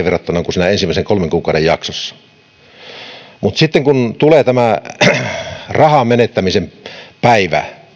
verrattuna siihen ensimmäiseen kolmen kuukauden jaksoon mutta sitten kun tulee tämä rahan menettämisen päivä